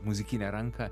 muzikinę ranką